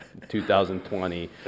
2020